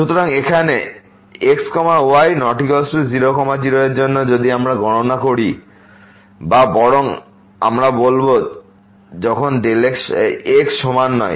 সুতরাং এখানে x y ≠ 00 এর জন্য যদি আমরা গণনা করি বা বরং আমরা বলব যখন x সমান নয়